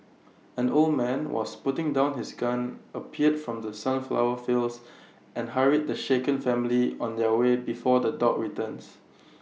an old man was putting down his gun appeared from the sunflower fields and hurried the shaken family on their way before the dogs returns